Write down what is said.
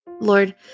Lord